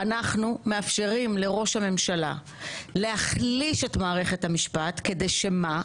אנחנו מאפשרים לראש הממשלה להחליש את מערכת המשפט כדי שמה?